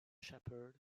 shepherd